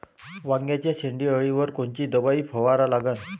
वांग्याच्या शेंडी अळीवर कोनची दवाई फवारा लागन?